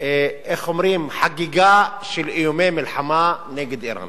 איך אומרים, חגיגה של איומי מלחמה נגד אירן.